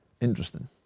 interesting